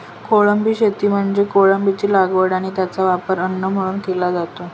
कोळंबी शेती म्हणजे कोळंबीची लागवड आणि त्याचा वापर अन्न म्हणून केला जातो